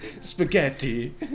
Spaghetti